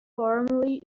formerly